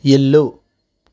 ఇల్లు